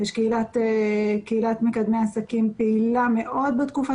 יש קהילת מקדמי עסקים פעילה מאוד בתקופה